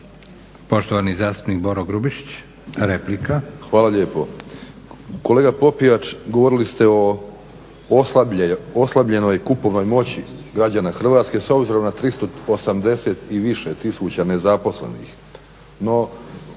Poštovani zastupnik Boro Grubišić, replika. **Grubišić, Boro (HDSSB)** Hvala lijepo. Kolega Popijač, govorili ste o oslabljenoj kupovnoj moći građana Hrvatske, s obzirom na 380 i više tisuća nezaposlenih,